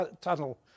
tunnel